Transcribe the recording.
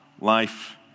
life